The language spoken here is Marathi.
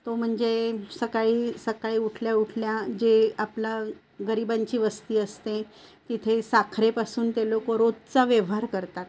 तो म्हणजे सकाळी सकाळी उठल्या उठल्या जे आपला गरिबांची वस्ती असते तिथे साखरेपासून ते लोक रोजचा व्यवहार करतात